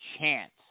chance